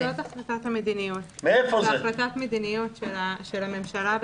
זאת החלטת מדיניות של הממשלה,